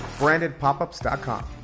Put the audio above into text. brandedpopups.com